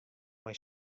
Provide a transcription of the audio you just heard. mei